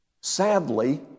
Sadly